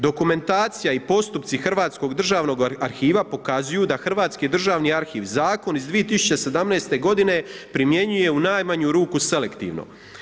Dokumentacija i postupci Hrvatskog državnog arhiva pokazuju da Hrvatski državni arhiv zakon iz 2017. godine primjenjuje u najmanju ruku selektivno.